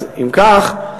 אז אם כך,